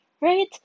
right